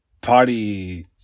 party